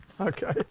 Okay